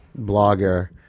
blogger